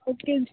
उसके